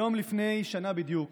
היום לפני שנה בדיוק